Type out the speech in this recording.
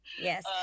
Yes